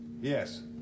Yes